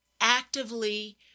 actively